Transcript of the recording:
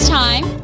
time